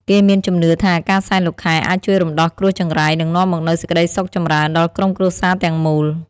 គេមានជំនឿថា ការសែនលោកខែអាចជួយរំដោះគ្រោះចង្រៃ និងនាំមកនូវសេចក្តីសុខចម្រើនដល់ក្រុមគ្រួសារទាំងមូល។